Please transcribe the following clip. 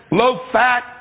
low-fat